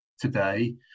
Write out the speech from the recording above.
today